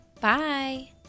Bye